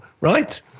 right